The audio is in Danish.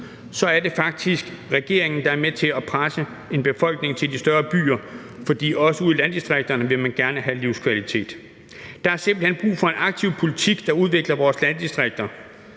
så er det faktisk regeringen, der er med til at presse en befolkning til de større byer, fordi man også ude i landdistrikterne gerne vil have livskvalitet. Der er simpelt hen brug for en aktiv politik, der udvikler vores landdistrikter,